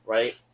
Right